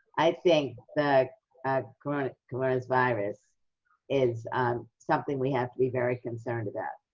i think the ah kind of coronavirus is something we have to be very concerned about.